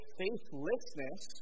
faithlessness